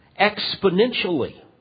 exponentially